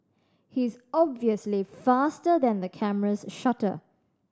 he is obviously faster than the camera's shutter